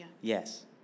Yes